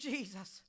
Jesus